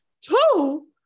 Two